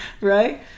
right